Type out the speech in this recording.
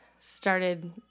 started